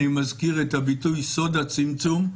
אני מזכיר את הביטוי "סוד הצמצום".